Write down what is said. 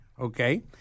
Okay